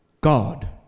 God